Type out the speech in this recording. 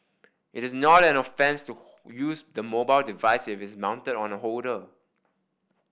it is not an offence to use the mobile device if it is mounted on a holder